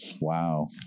wow